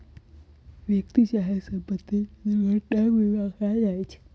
व्यक्ति चाहे संपत्ति के दुर्घटना बीमा कएल जाइ छइ